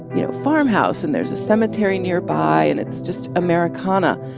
you know, farmhouse. and there's a cemetery nearby, and it's just americana.